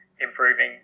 improving